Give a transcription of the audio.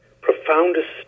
profoundest